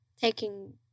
Taking